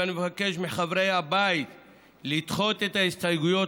ואני מבקש מחברי הבית לדחות את ההסתייגויות